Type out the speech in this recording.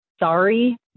sorry